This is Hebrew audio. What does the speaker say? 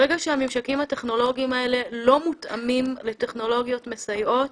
ברגע שהממשקים הטכנולוגיים האלה לא מותאמים לטכנולוגיות מסייעות